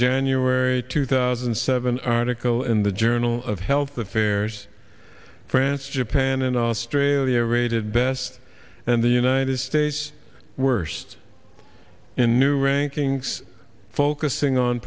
january two thousand and seven article in the journal of health affairs france japan and australia rated best and the united states worst in new rankings focusing on